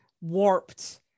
warped